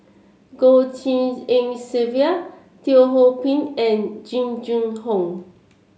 Goh Tshin En Sylvia Teo Ho Pin and Jing Jun Hong